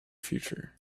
future